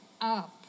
Up